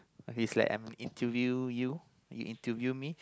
is like I am interview you you interview me